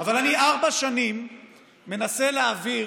אבל אני ארבע שנים מנסה להעביר,